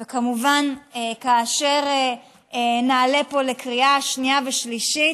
וכמובן, כאשר נעלה פה לקריאה שנייה ושלישית,